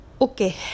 Okay